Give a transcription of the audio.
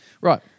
Right